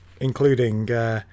including